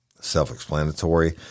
self-explanatory